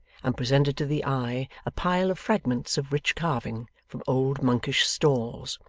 and presented to the eye a pile of fragments of rich carving from old monkish stalls.